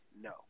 no